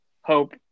Hope